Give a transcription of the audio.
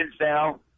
now